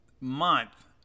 month